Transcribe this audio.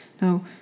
Now